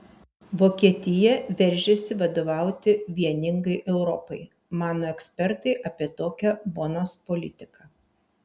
vokietija veržiasi vadovauti vieningai europai mano ekspertai apie tokią bonos politiką